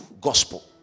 gospel